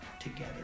Together